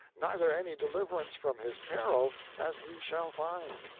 neither any deliverance from his peril, as he shall find.